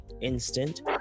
instant